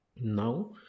Now